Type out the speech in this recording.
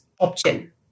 option